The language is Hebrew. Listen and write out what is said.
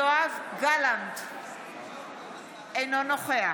אינו נוכח